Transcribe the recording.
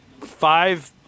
five